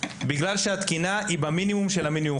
בגלל שהתקינה היא במינימום של המינימום.